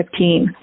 2015